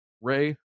Ray